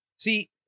See